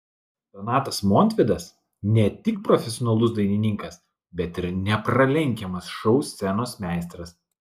donatas montvydas ne tik profesionalus dainininkas bet ir nepralenkiamas šou scenos meistras